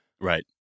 Right